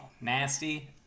nasty